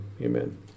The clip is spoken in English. amen